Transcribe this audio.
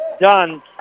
done